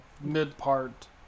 mid-part